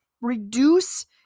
reduce